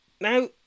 Now